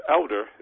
elder